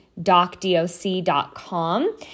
docdoc.com